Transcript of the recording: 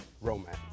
romance